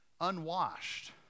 unwashed